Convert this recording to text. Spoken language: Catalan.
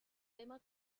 tema